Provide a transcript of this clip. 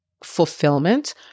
Fulfillment